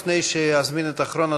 לפני שאזמין את אחרון הדוברים,